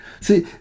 See